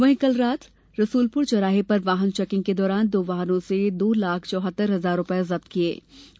वहीं कल रात रसूलपुर चौराहे पर वाहन चैकिंग के दौरान दो वाहनो से दो लाख चौहत्तर हजार रुपये जब्त किये गये